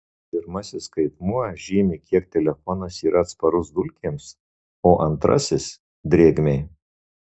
pirmasis skaitmuo žymi kiek telefonas yra atsparus dulkėms o antrasis drėgmei